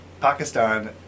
Pakistan